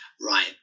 right